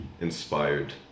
inspired